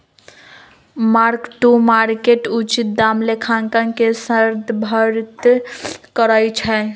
mark to market उचित दाम लेखांकन के संदर्भित करइ छै